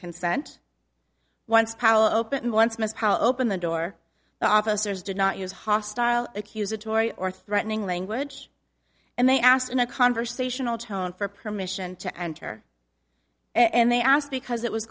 opened once ms howe opened the door the officers did not use hostile accusatory or threatening language and they asked in a conversational tone for permission to enter and they asked because it was